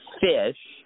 fish